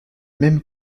mêmes